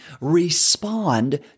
respond